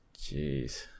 Jeez